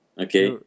Okay